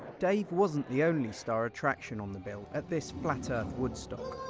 dave wasn't the only star attraction on the bill at this flat earth woodstock.